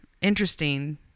interesting